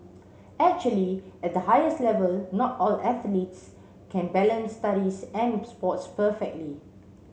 actually at the highest level not all athletes can balance studies and sports perfectly